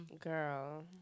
Girl